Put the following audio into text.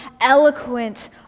eloquent